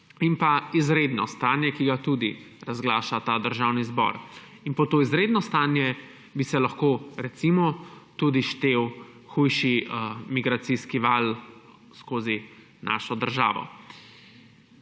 in pa izredno stanje, ki ga tudi razglaša ta državni zbor. Pod to izredno stanje bi se lahko, recimo, tudi štel hujši migracijski val skozi našo državo.